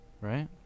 right